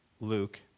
Luke